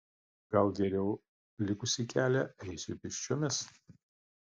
gal geriau likusį kelią eisiu pėsčiomis